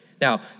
Now